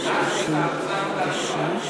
רוברט אילטוב, חמד עמאר ורונן